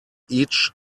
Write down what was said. each